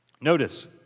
Notice